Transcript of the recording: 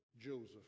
Joseph